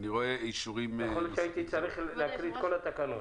ואני רואה אישורים --- יכול להיות שהייתי צריך לקרוא את כל התקנות,